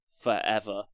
forever